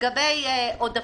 לגבי עודפים,